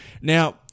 Now